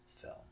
film